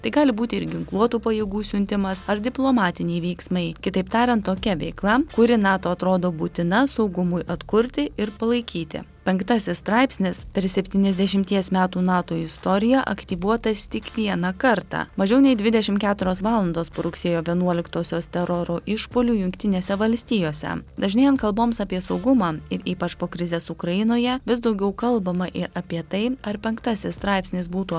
tai gali būti ir ginkluotų pajėgų siuntimas ar diplomatiniai veiksmai kitaip tariant tokia veikla kuri nato atrodo būtina saugumui atkurti ir palaikyti penktasis straipsnis per septyniasdešimties metų nato istoriją aktyvuotas tik vieną kartą mažiau nei dvidešim keturios valandos po rugsėjo vienuoliktosios teroro išpuolių jungtinėse valstijose dažnėjant kalboms apie saugumą ir ypač po krizės ukrainoje vis daugiau kalbama ir apie tai ar penktasis straipsnis būtų